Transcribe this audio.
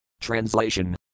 Translation